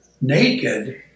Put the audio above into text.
naked